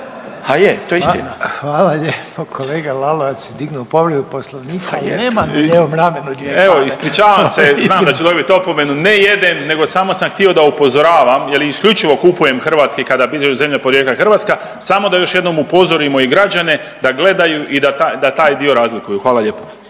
a nema na lijevom ramenu .../Govornik se ne razumije./... **Lalovac, Boris (SDP)** Evo ispričavam se, znam da ću dobiti opomenu. Ne jedem nego sam sam htio da upozoravam jer isključivo kupujem hrvatski kada piše zemlja porijekla Hrvatska, samo da još jednom upozorimo i građane da gledaju i da taj dio razlikuju. Hvala lijepo.